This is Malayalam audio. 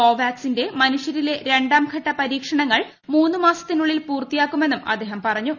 കോവാക്സിന്റെ മനുഷ്യരിലെ രണ്ടാം ഘട്ട പരീക്ഷണങ്ങൾ മൂന്നുമാസത്തിനുള്ളിൽ പൂർത്തിയാകുമെന്നും അദ്ദേഹം പറഞ്ഞു